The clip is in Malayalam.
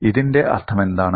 ഇതിന്റെ അർത്ഥമെന്താണ്